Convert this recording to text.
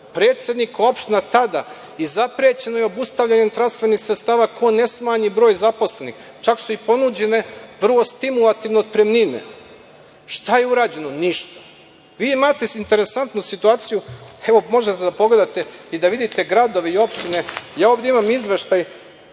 predsednik opština tada, zaprećeno je obustavljanje transfernih sredstava ko ne smanji broj zaposlenih. Čak su i ponuđene vrlo stimulativne otpremnine. Šta je urađeno? Ništa. Vi imate interesantnu situaciju, možete da pogledate i da vidite gradove i opštine, ovde imam izveštaj